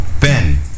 Ben